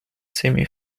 semi